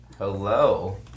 Hello